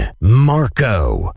Marco